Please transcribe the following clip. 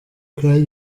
kandi